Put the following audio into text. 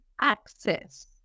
access